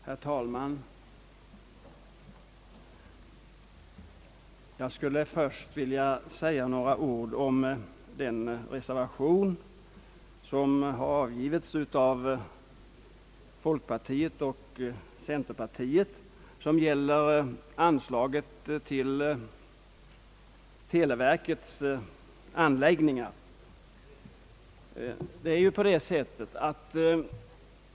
Herr talman! Jag skulle först vilja säga några ord om den reservation som avgetts av folkpartiet och centerpartiet och som gällde anslag till televerkets anläggningar.